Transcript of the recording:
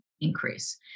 increase